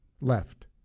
left